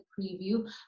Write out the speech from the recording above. preview